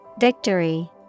Victory